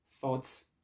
Thoughts